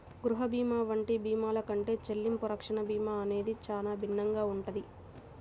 గృహ భీమా వంటి భీమాల కంటే చెల్లింపు రక్షణ భీమా అనేది చానా భిన్నంగా ఉంటది